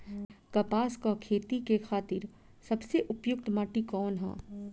कपास क खेती के खातिर सबसे उपयुक्त माटी कवन ह?